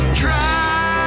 try